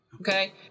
Okay